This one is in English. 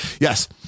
yes